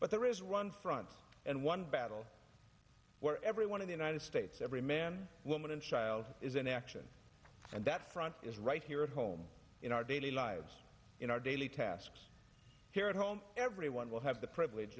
but there is one front and one battle where every one of the united states every man woman and child is in action and that front is right here at home in our daily lives in our daily tasks here at home everyone will have the privilege